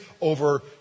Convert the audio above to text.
over